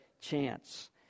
chance